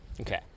okay